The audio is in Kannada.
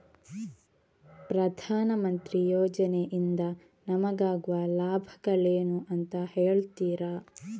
ಪ್ರಧಾನಮಂತ್ರಿ ಯೋಜನೆ ಇಂದ ನಮಗಾಗುವ ಲಾಭಗಳೇನು ಅಂತ ಹೇಳ್ತೀರಾ?